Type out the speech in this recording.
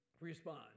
respond